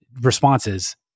responses